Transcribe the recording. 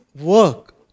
work